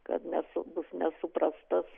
kad nesu bus nesuprastas